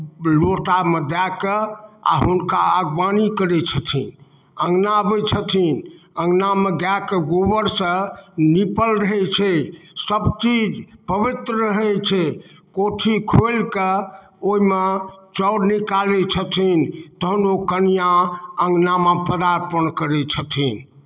लोटामे दए कऽ आ हुनका आगवानी करै छथिन अङ्गना अबैत छथिन अङ्गनामे गाएके गोबरसँ नीपल रहै छै सभ चीज पवित्र रहैत छै कोठी खोलि कऽ ओहिमे चाओर निकालैत छथिन तहन ओ कनिआँ अङ्गनामे पदार्पन करै छथिन